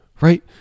right